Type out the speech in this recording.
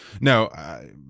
no